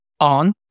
on